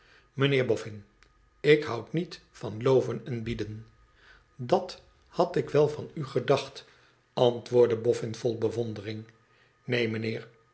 ik houd niet van loven en bieden idat had ik wel van u gedacht antwoordde boffin vol bewondering neen meneer